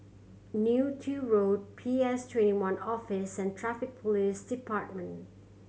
Neo Tiew Road P S Twenty one Office and Traffic Police Department